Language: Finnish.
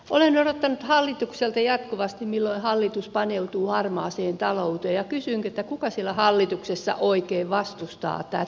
olen odottanut hallitukselta jatkuvasti milloin hallitus paneutuu harmaaseen talouteen ja kysynkin että kuka siellä hallituksessa oikein vastustaa tätä